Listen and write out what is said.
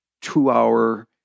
two-hour